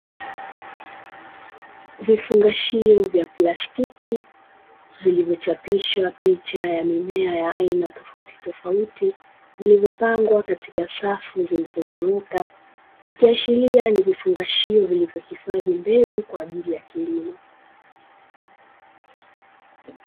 Vifungashio vya plastiki, vilivyochapishwa picha ya mmea ya aina tofautitofauti, vilivyopangwa katika safu zilizonyooka. Ikiashiria ni vifungashio vilivyohifadhi mbegu kwa ajili ya kilimo.